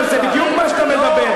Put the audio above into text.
זה בדיוק מה שאתה מדבר,